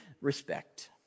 respect